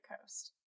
coast